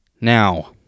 Now